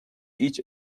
each